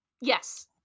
Yes